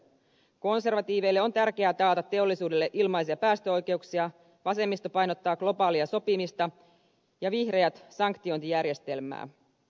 konservatiiveille on tärkeää taata teollisuudelle ilmaisia päästöoikeuksia vasemmisto painottaa globaalia sopimista ja vihreät sanktiointijärjestelmää